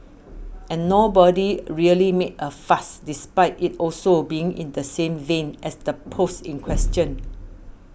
and nobody really made a fuss despite it also being in the same vein as the post in question